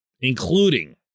including